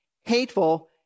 hateful